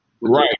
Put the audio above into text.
Right